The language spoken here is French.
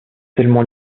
tellement